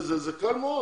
זה קל מאוד.